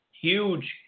huge